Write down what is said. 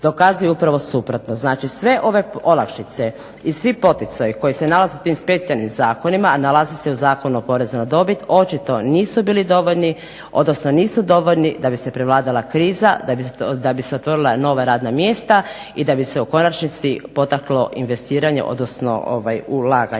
dokazuju upravo suprotno. Znači sve ove olakšice i svi poticaji koji se …/Ne razumije se./… zakonima, a nalaze se u Zakonu o porezu na dobit očito nisu bili dovoljni, odnosno nisu dovoljni da bi se prevladala kriza, da bi se otvorila nova radna mjesta i da bi se u konačnici potaklo investiranje, odnosno ulaganja.